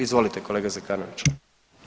Izvolite kolega Zekanoviću.